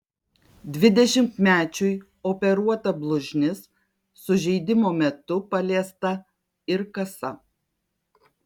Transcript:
dvidešimtmečiui operuota blužnis sužeidimo metu paliesta ir kasa